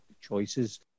choices